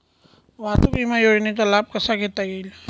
वाहतूक विमा योजनेचा लाभ कसा घेता येईल?